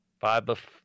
five